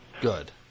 Good